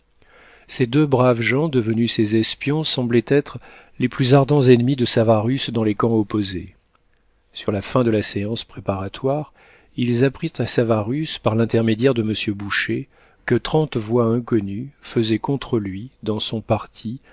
ces deux braves gens devenus ses espions semblaient être les plus ardents ennemis de savarus dans les camps opposés sur la fin de la séance préparatoire ils apprirent à savarus par l'intermédiaire de monsieur boucher que trente voix inconnues faisaient contre lui dans son parti